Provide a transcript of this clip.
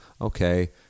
okay